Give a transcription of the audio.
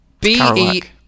B-E-